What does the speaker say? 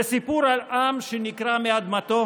זה סיפור על עם שנקרע מאדמתו